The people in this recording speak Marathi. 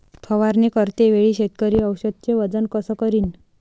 फवारणी करते वेळी शेतकरी औषधचे वजन कस करीन?